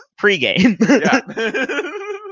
pregame